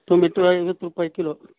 tomato ಐವತ್ತು ರೂಪಾಯಿ kilo